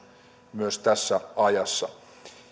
myös tässä ajassa